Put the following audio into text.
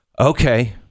Okay